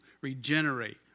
regenerate